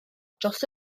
dros